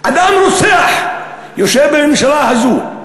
אדם רוצח יושב בממשלה הזאת.